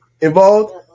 involved